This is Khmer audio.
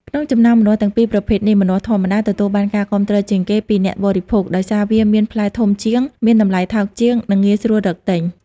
ក្នុងចំណោមម្នាស់ទាំងពីរប្រភេទនេះ ម្នាស់ធម្មតា ទទួលបានការគាំទ្រជាងគេពីអ្នកបរិភោគ ដោយសារវាមានផ្លែធំជាង មានតម្លៃថោកជាង និងងាយស្រួលរកទិញ។